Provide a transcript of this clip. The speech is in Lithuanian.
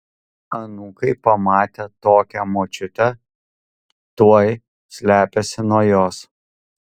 anūkai pamatę tokią močiutę tuoj slepiasi nuo jos